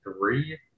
three